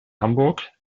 hamburg